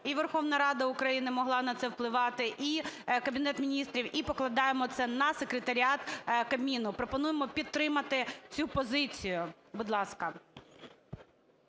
і Верховна Рада України могла на це впливати, і Кабінет Міністрів, і покладаємо це на Секретаріат Кабміну. Пропонуємо підтримати цю позицію, будь ласка.